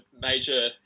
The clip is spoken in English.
major